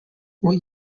what